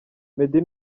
meddy